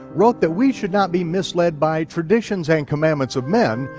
wrote that we should not be misled by traditions and commandments of men,